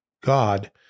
God